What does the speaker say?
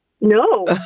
No